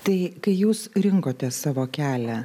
tai kai jūs rinkotės savo kelią